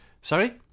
sorry